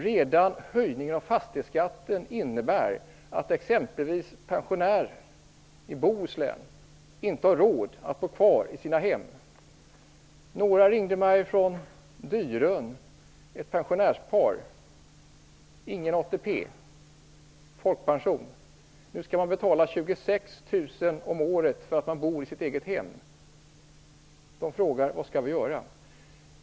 Redan höjningen av fastighetsskatten innebär att exempelvis pensionärer i Bohuslän inte har råd att bo kvar i sina hem. Ett pensionärspar ringde mig från Dyrön - ingen ATP, enbart folkpension. Nu skall de betala 26 000 kr om året för att de bor i sitt eget hem. De frågar: Vad skall vi göra?